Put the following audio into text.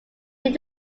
did